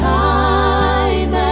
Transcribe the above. time